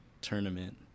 tournament